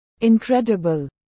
Incredible